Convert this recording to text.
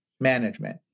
management